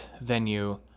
venue